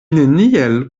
neniel